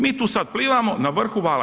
Mi tu sad plivamo na vrhu vala.